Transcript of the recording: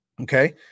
Okay